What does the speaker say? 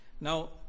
Now